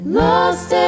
lost